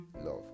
love